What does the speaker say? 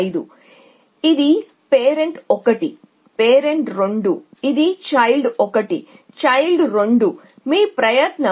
కాబట్టి ఇది parent 1 parent 2 ఇది చైల్డ్ 1 చైల్డ్ 2 దీన్ని నిర్మించడానికి మీ ఈ ప్రయత్నం